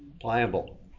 Pliable